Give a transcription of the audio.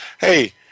Hey